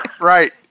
Right